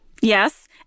yes